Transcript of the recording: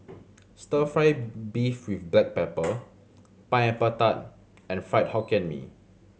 Stir Fry beef with black pepper Pineapple Tart and Fried Hokkien Mee